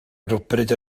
rhywbryd